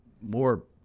more